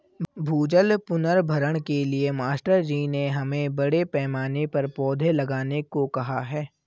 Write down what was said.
भूजल पुनर्भरण के लिए मास्टर जी ने हमें बड़े पैमाने पर पौधे लगाने को कहा है